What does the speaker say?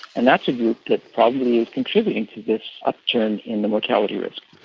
and that's a group that probably is contributing to this upturn in the motility risk.